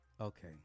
okay